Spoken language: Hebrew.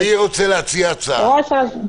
ראש הרשות.